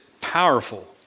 powerful